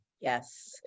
Yes